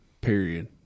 period